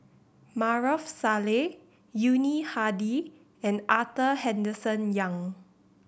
Maarof Salleh Yuni Hadi and Arthur Henderson Young